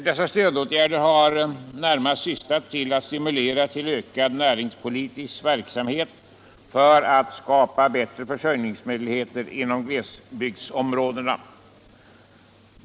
Dessa stödåtgärder har närmast haft till syfte att stimulera till ökad näringspolitisk verksamhet för att skapa bättre försörjningsmöjligheter inom glesbygdsområdena.